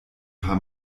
paar